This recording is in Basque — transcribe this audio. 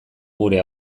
gure